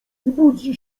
budzi